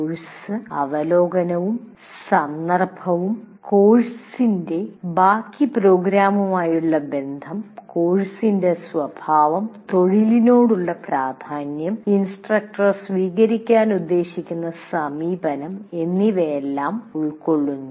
course അവലോകനവും സന്ദർഭവും കോഴ്സിന്റെ ബാക്കി പ്രോഗ്രാമുമായുള്ള ബന്ധം കോഴ്സിന്റെ സ്വഭാവം തൊഴിലിനോടുള്ള പ്രാധാന്യം ഇൻസ്ട്രക്ടർ സ്വീകരിക്കാൻ ഉദ്ദേശിക്കുന്ന സമീപനം എന്നിവ ഉൾക്കൊള്ളുന്നു